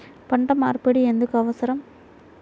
పంట మార్పిడి ఎందుకు అవసరం?